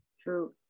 True